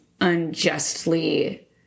unjustly